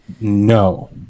no